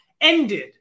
ended